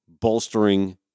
bolstering